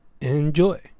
enjoy